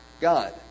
God